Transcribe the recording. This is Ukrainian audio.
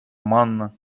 манна